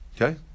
Okay